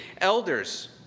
elders